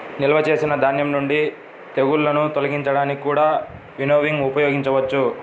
నిల్వ చేసిన ధాన్యం నుండి తెగుళ్ళను తొలగించడానికి కూడా వినోవింగ్ ఉపయోగించవచ్చు